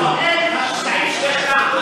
אין השסעים שיש כאן.